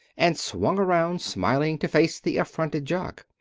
and swung around, smiling, to face the affronted jock.